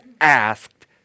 asked